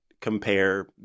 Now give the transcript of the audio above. compare